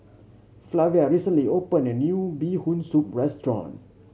Flavia recently opened a new Bee Hoon Soup restaurant